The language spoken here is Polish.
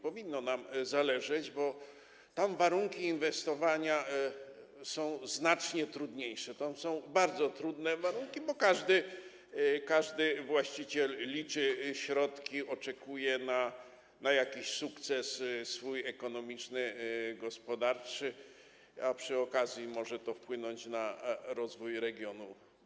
Powinno nam zależeć, bo tam warunki do inwestowania są znacznie trudniejsze, tam są bardzo trudne warunki, bo każdy właściciel liczy środki, oczekuje na jakiś swój sukces ekonomiczny, gospodarczy, a przy okazji może to wpłynąć na rozwój regionu.